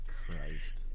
Christ